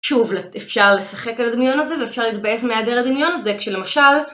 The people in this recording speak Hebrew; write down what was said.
שוב אפשר לשחק על הדמיון הזה ואפשר להתבאס מהעדר הדמיון הזה כשלמשל